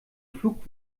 pflug